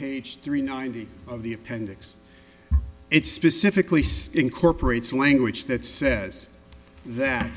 page three ninety of the appendix it specifically says incorporates language that says that